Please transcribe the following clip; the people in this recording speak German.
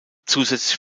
zusätzlich